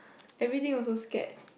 everything also scared